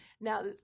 Now